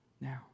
Now